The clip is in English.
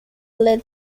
led